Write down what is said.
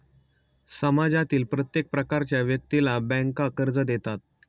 समाजातील प्रत्येक प्रकारच्या व्यक्तीला बँका कर्ज देतात